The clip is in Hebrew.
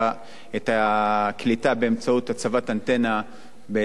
הקליטה באמצעות הצבת אנטנה בתחנת המשטרה.